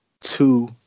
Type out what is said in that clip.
two